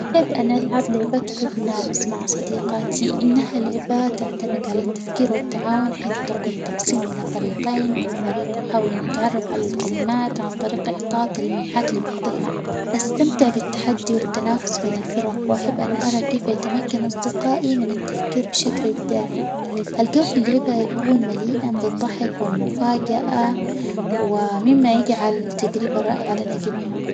أحب أن ألعب لعبة Codenames مع صديقاتي إنها لعبة تعتمد على التفكير والتعاون حيث تقوم بتقسيم إلى فريقين كل فريق يحاول أن يتعرف على الكلمات عن طريق إعطاء تلميحات لبعضها، نستمتع بالتحدي والتنافس بين الفرق وأحب أن أرى كيف يتمكن أصدقائي من التفكير بشكل إبداعي، الجو في اللعبة يكون مليئاً بالضحك والمفاجأة و مما يجعل تجربة رائعة لنا جميعاً.